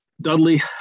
Dudley